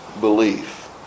belief